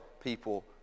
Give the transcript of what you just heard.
people